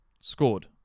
scored